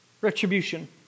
retribution